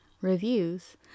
reviews